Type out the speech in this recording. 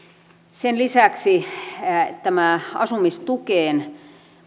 sen lisäksi asumistukeen